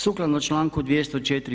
Sukladno članku 204.